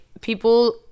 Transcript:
people